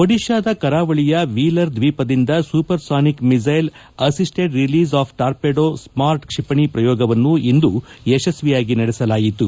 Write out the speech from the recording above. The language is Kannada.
ಒಡಿಶಾದ ಕರಾವಳಿಯ ವೀಲರ್ ದ್ವೀಪದಿಂದ supersonic missile assisted release of torpedo SMART ಕ್ಷಿಪಣಿ ಪ್ರಯೋಗವನ್ನು ಇಂದು ಯಶಸ್ವಿಯಾಗಿ ನಡೆಸಲಾಯಿತು